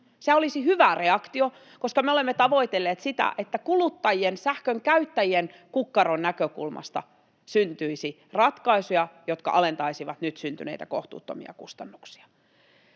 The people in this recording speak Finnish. Se olisi hyvä reaktio, koska me olemme tavoitelleet sitä, että kuluttajien, sähkönkäyttäjien, kukkaron näkökulmasta syntyisi ratkaisuja, jotka alentaisivat nyt syntyneitä kohtuuttomia kustannuksia.